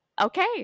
Okay